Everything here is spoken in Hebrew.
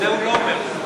את זה הוא לא אומר לך.